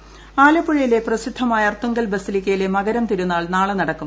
Arthunkal basilica ആലപ്പുഴയിലെ പ്രസിദ്ധമായ അർത്തുങ്കൽ ബെസിലിക്കയിലെ മകരം തിരുനാൾ നാളെ നടക്കും